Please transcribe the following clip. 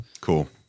Cool